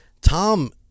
tom